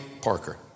Parker